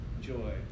joy